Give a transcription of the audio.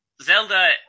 Zelda